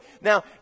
Now